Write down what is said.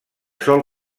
sol